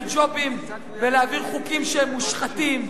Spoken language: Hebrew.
ג'ובים ולהעביר חוקים שהם מושחתים,